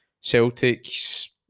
Celtic's